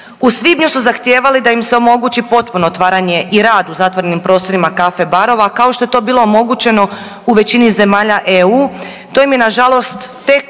U svibnju su zahtijevali da im se omogući potpuno otvaranje i rad u zatvorenim prostorima caffe barova, kao što je to bilo omogućeno u većini zemalja EU,